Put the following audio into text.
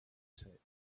said